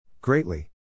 Greatly